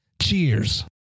Cheers